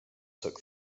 took